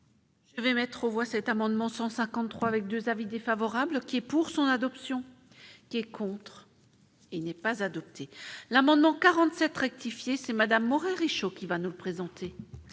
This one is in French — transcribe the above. Je vais mettre aux voix cet amendement 153 avec 2 avis défavorables qui est pour son adoption. Qui est contre, il n'est pas adopté. L'amendement 47 rectifié c'est madame Moret Richaud, qui va nous le présent.